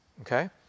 okay